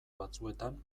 batzuetan